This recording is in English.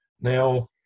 now